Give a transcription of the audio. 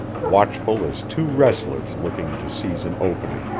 watchful as two wrestlers looking to seize an opening,